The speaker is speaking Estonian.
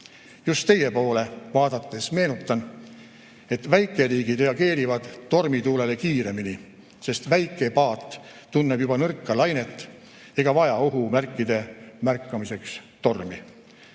Just teie poole vaadates meenutan, et väikeriigid reageerivad tormituultele kiiremini, sest väike paat tunneb juba nõrka lainet ega vaja ohumärkide märkamiseks tormi.